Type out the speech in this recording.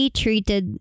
treated